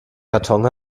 karton